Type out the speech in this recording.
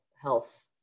health